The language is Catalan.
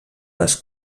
les